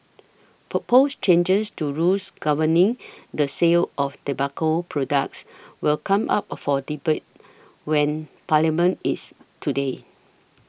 proposed changes to rules governing the sale of tobacco products will come up for debate when Parliament is today